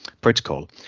protocol